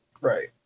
Right